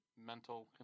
Mental